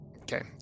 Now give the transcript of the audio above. Okay